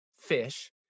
fish